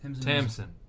Tamsin